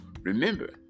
Remember